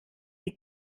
die